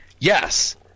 yes